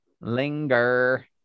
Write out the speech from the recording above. Linger